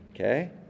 Okay